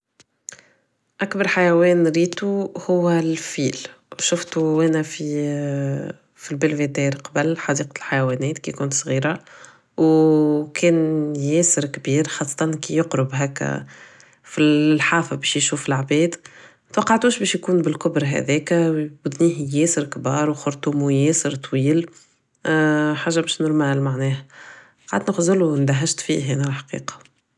اكبر حيوان ريتو هو الفيل شفتو و انا في البلفردار من قبل حديقة الحيوانات كي كنت صغيرة و كان ياسر كبير خاصة كي يقرب هكدا فلحافة بش يشوف لعباد ماتوقعتوش باش يكون بلكبر هذاك و ودنيه ياسر كبار و خرطومو ياسر طويل حاجة مش نورمال معناها بقيت نخزرلو و دهشت فيه الحقيقة